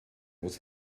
was